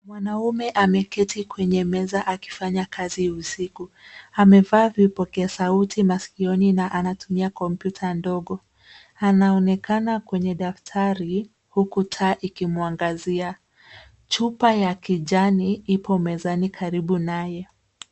Mwanaume ameketi kwenye meza akifanya kazi usiku. Amevaa vipokea sauti masikioni na anatumia kompyuta ndogo. Anaonekana kwenye daftari huku taa ikimuangazia .Chupa ya kijani ipo mezani karibu naye.